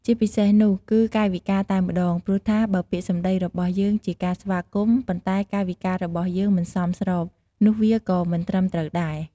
ជាពិសេសនោះ គឺកាយវិការតែម្ដង ព្រោះថា បើពាក្យសម្ដីរបស់យើងជាការស្វាគមន៍ ប៉ុន្តែកាយវិការរបស់យើងមិនសមស្រប នោះវាក៏មិនត្រឹមត្រូវដែរ។